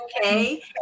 okay